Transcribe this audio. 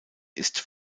ist